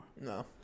No